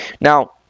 Now